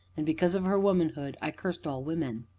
and because of her womanhood, i cursed all women.